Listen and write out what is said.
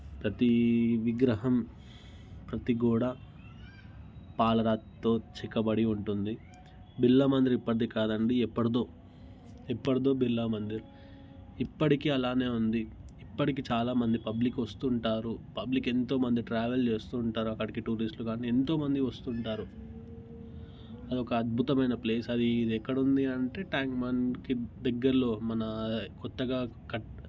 ప్రతి విగ్రహం ప్రతి గోడ పాలరాతితో చెక్కబడి ఉంటుంది బిర్లా మందిర్ ఇప్పటిది కాదండి ఎప్పటిదో ఎప్పటిదో బిర్లా మందిర్ ఇప్పటికి అలాగే ఉంది ఇప్పటికి చాలా మంది పబ్లిక్ వస్తుంటారు పబ్లిక్ ఎంతో మంది ట్రావెల్ చేస్తుంటారు అక్కడికి టూరిస్టులు కానీ ఎంతో మంది వస్తు ఉంటారు అది ఒక అద్భుతమైన ప్లేస్ అది ఇది ఎక్కడ ఉంది అంటే ట్యాంక్ బండ్కి దగ్గర మన కొత్తగా కట్టిన